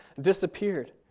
disappeared